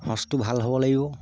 সঁচটো ভাল হ'ব লাগিব